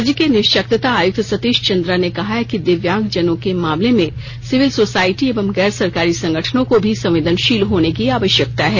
राज्य के निशक्तता आयुक्त सतीश चन्द्रा ने कहा कि दिव्यांग जनों के मामले में सिविल सोसाइटी एवं गैर सरकारी संगठनों को भी संवेदनशील होने की आवश्यकता है